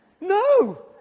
No